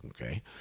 Okay